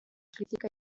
crítica